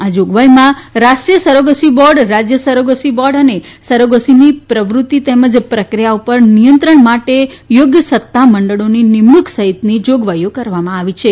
આ જોગવાઇઓમાં રાષ્ટ્રીય સરોગસી બોર્ડ રાજય સરોગસી બોર્ડ અને સરોગસીની પ્રવૃત્તિ તેમજ પ્રક્રિયા પર નિયંત્રણ માટે થોગ્ય સત્તા મંડળોની નિમણુંક સહિતની જોગવાઇઓ કરવામાં આવી છે